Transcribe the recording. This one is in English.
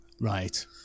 Right